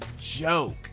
joke